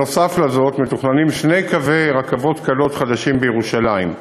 נוסף על זאת מתוכננים שני קווי רכבת קלה חדשים בירושלים: